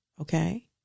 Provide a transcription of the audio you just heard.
Okay